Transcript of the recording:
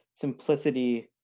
simplicity